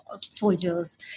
soldiers